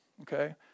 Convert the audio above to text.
Okay